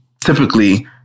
typically